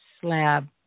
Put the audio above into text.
slab